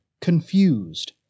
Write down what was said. confused